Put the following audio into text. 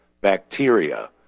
bacteria